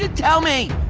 ah tell me?